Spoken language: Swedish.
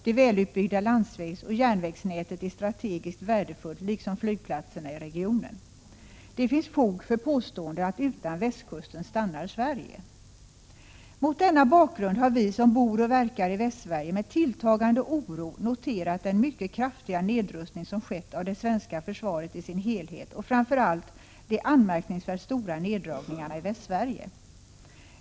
Det välutbyggda landsvägsoch järnvägsnätet är strategiskt värdefullt, liksom flygplatserna i regionen. Det finns fog för påståendet att utan västkusten stannar Sverige. Mot denna bakgrund har vi som bor och verkar i Västsverige med tilltagande oro noterat den mycket kraftiga nedrustning som skett av det svenska försvaret i dess helhet och framför allt de anmärkningsvärt stora neddragningarna i Västsverige.